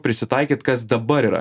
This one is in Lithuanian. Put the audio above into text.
prisitaikyt kas dabar yra